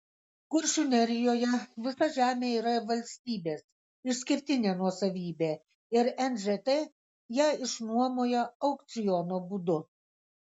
kuršių nerijoje visa žemė yra valstybės išskirtinė nuosavybė ir nžt ją išnuomoja aukciono būdu